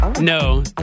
No